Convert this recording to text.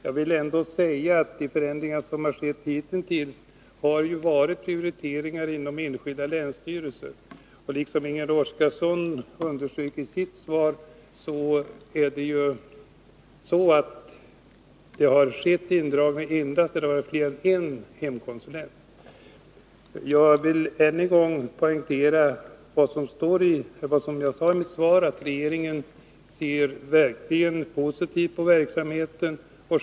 Jag vill ändå säga att de förändringar som skett hittills har varit prioriteringar inom enskilda länsstyrelser. Som jag redovisade i svaret har indragningar skett endast där det varit mer än en hemkonsulent anställd. Jag vill än en gång poängtera vad jag sade i mitt svar, nämligen att regeringen verkligen ser positivt på verksamheten.